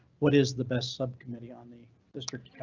what is the best subcommittee on the district